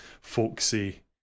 folksy